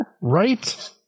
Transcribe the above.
Right